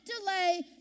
delay